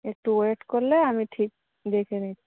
একটু ওয়েট করলে আমি ঠিক দেখে নিচ্ছি